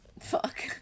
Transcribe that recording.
fuck